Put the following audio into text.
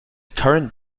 current